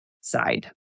side